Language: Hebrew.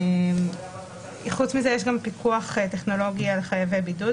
והנתונים האלה עדיין